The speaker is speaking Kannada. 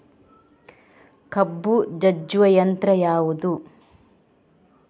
ಕಬ್ಬು ಜಜ್ಜುವ ಯಂತ್ರ ಯಾವುದು?